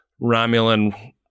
Romulan